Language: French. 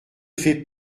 fait